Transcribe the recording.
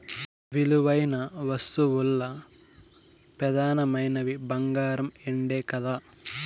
విలువైన వస్తువుల్ల పెదానమైనవి బంగారు, ఎండే కదా